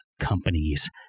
companies